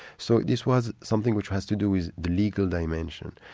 so this was something which has to do with the legal dimension.